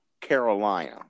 Carolina